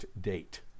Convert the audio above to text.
date